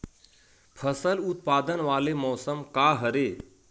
फसल उत्पादन वाले मौसम का हरे?